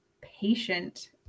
patient